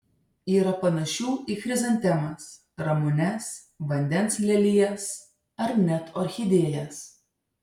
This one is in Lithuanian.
yra panašių į chrizantemas ramunes vandens lelijas ar net orchidėjas